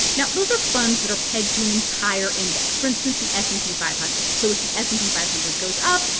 now, those are funds that are pegged to an entire index, for instance, the s and p five hundred. so if the s and p five hundred goes up,